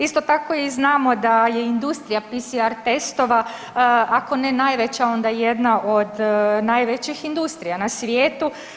Isto tako i znamo da je industrija PCR testova ako ne najveća onda jedna od najvećih industrija na svijetu.